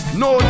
no